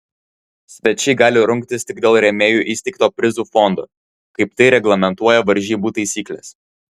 svečiai gali rungtis tik dėl rėmėjų įsteigto prizų fondo kaip tai reglamentuoja varžybų taisyklės